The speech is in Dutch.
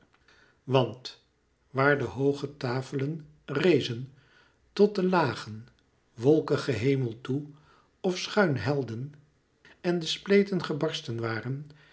want waar de hooge tafelen rezen tot den lagen wolkigen hemel toe of schuin helden en de spleten gebarsten waren